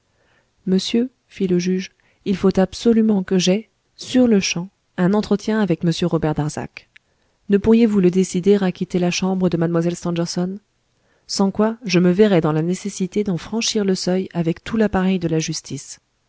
fit le juge il faut absolument que j'aie sur le champ un entretien avec m robert darzac ne pourriezvous le décider à quitter la chambre de mlle stangerson sans quoi je me verrais dans la nécessité d'en franchir le seuil avec tout l'appareil de la justice